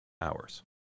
hours